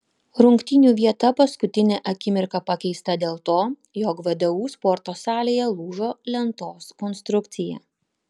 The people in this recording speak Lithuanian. rungtynių vieta paskutinę akimirką pakeista dėl to jog vdu sporto salėje lūžo lentos konstrukcija